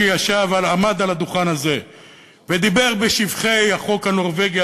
שעמד על הדוכן הזה ודיבר בשבחי החוק הנורבגי,